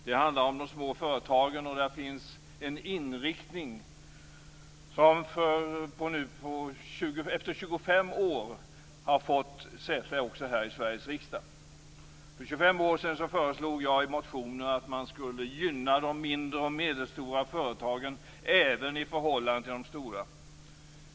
Det handlar om de små företagen, och det finns en inriktning som efter 25 år har fått säte också här i Sveriges riksdag. För 25 år sedan föreslog jag i motioner att man skulle gynna de mindre och medelstora företagen även i förhållande till de stora.